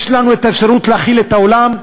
יש לנו אפשרות להאכיל את העולם.